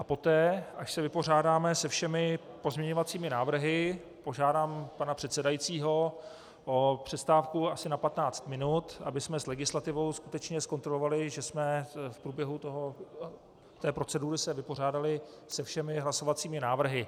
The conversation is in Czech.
Poté, až se vypořádáme se všemi pozměňovacími návrhy, požádám pana předsedajícího o přestávku asi na 15 minut, abychom s legislativou skutečně zkontrolovali, že jsme se v průběhu té procedury vypořádali se všemi hlasovacími návrhy.